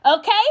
okay